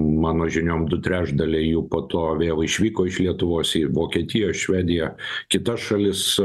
mano žiniom du trečdaliai jų po to vėl išvyko iš lietuvos į vokietiją švediją kitas šalis